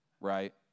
right